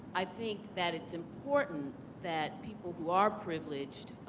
i think that it's important that people who are privileged,